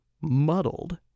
muddled